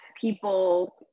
people